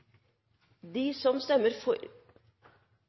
dei som arbeider for